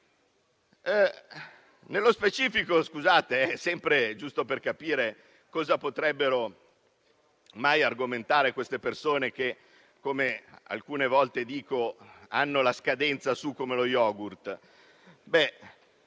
Nello specifico, giusto per capire cosa potrebbero mai argomentare queste persone che, come alcune volte dico, hanno la scadenza come lo yogurt,